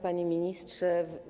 Panie Ministrze!